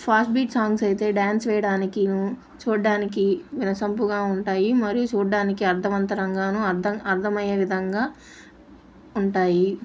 fast beat songs అయితే dance వేయడానికినూ చూడ్డానికి వినసొంపుగా ఉంటాయి మరియు చూడ్డానికి అర్థవంతంగానూ అర్థం అర్థమయ్యే విధంగా ఉంటాయి